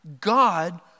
God